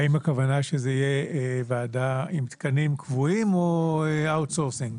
האם הכוונה שזה יהיה ועדה עם תקנים קבועים או אאוט סורסינג?